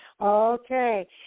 Okay